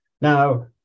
Now